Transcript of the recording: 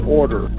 order